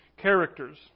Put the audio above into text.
Characters